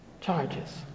charges